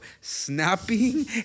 snapping